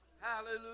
Hallelujah